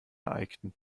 eignet